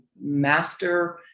master